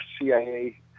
CIA